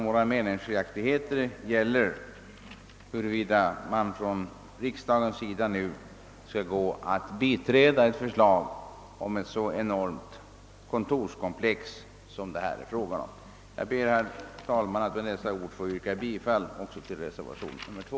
Våra meningsskiljaktigheter gäller huruvida riksdagen nu skall biträda ett förslag om ett så enormt kontorskomplex som det här är fråga om. Jag ber, herr talman, med detta att få yrka bifall även till reservationen 2.